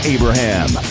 Abraham